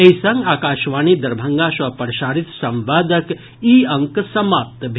एहि संग आकाशवाणी दरभंगा सँ प्रसारित संवादक ई अंक समाप्त भेल